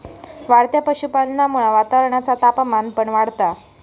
वाढत्या पशुपालनामुळा वातावरणाचा तापमान पण वाढता